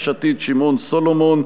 יש עתיד: שמעון סולומון.